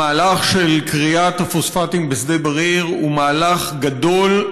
המהלך של כריית הפוספטים בשדה בריר הוא מהלך גדול,